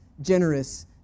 generous